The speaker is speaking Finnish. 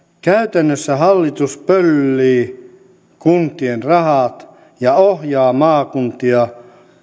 käytännössä hallitus pöllii kuntien rahat ja ohjaa maakuntia